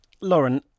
lauren